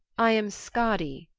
i am skadi,